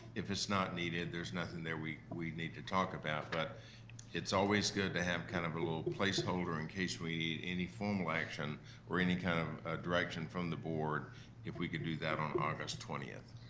if it's not needed, there's nothing there we we need to talk about. but it's always good to have kind of a little placeholder in case we need any formal action or any kind of direction from the board if we can do that on august twenty.